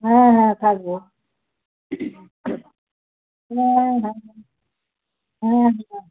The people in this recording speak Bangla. হ্যাঁ হ্যাঁ থাকবো হ্যাঁ হ্যাঁ হ্যাঁ হ্যাঁ হ্যাঁ